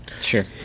Sure